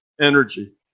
energy